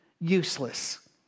useless